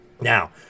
Now